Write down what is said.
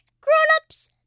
Grown-ups